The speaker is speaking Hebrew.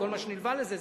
כל מה שנלווה לזה.